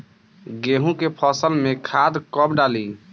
गेहूं के फसल में खाद कब डाली?